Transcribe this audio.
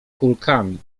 kulkami